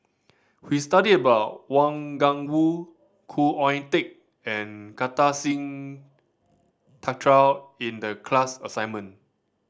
we studied about Wang Gungwu Khoo Oon Teik and Kartar Singh Thakral in the class assignment